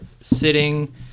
sitting